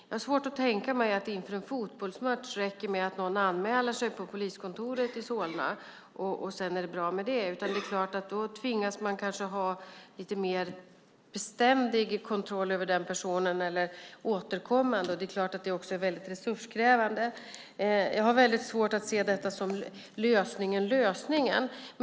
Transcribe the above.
Jag har svårt att tänka mig att det inför en fotbollsmatch räcker med att någon anmäler sig på poliskontoret i Solna och att det sedan är bra med det, utan då kanske det är nödvändigt att ha en lite mer beständig eller återkommande kontroll av den personen. Det är klart att det är väldigt resurskrävande. Jag har väldigt svårt att se detta som lösningen lösningen.